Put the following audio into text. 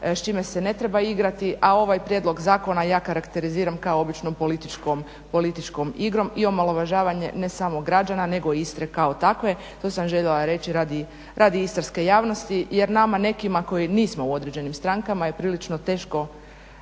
s čime se ne treba igrati a ovaj prijedlog zakona ja karakteriziram kao običnom političkom igrom i omalovažavanje ne samo građana nego Istre kao takve, to sam željela reći radi istarske javnosti jer nama nekima koji nismo u određenim strankama je prilično teško